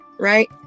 right